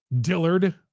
Dillard